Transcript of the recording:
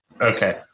Okay